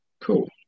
Cool